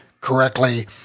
correctly